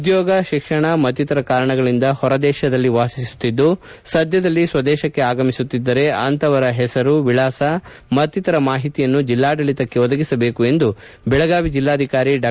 ಉದ್ಯೋಗ ಶಿಕ್ಷಣ ಮತ್ತಿತರ ಕಾರಣಗಳಿಂದ ಹೊರದೇಶದಲ್ಲಿ ವಾಸಿಸುತ್ತಿದ್ದು ಸದ್ದದಲ್ಲಿ ಸ್ವದೇಶಕ್ಕೆ ಆಗಮಿಸುತ್ತಿದ್ದರೆ ಅಂತಹವರ ಹೆಸರು ವಿಳಾಸ ಮತ್ತಿತರ ಮಾಹಿತಿಯನ್ನು ಜಿಲ್ಲಾಡಳಿತಕ್ಕೆ ಒದಗಿಸಬೇಕು ಎಂದು ಬೆಳಗಾವಿ ಜಿಲ್ಲಾಧಿಕಾರಿ ಡಾ